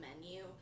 menu